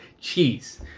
cheese